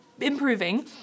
Improving